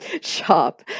shop